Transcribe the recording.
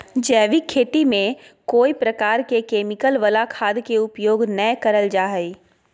जैविक खेती में कोय प्रकार के केमिकल वला खाद के उपयोग नै करल जा हई